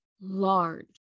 large